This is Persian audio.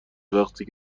وقتی